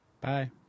Bye